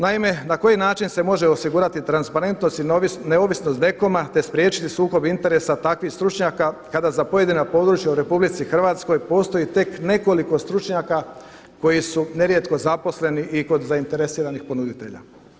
Naime, na koji način se može osigurati transparentnost i neovisnosti DKOM-a te spriječiti sukob interesa takvih stručnjaka kada za pojedina područja u Republici Hrvatskoj postoji tek nekoliko stručnjaka koji su nerijetko zaposleni i kod zainteresiranih ponuditelja?